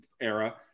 era